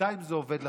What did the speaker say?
ובינתיים זה עובד לכם.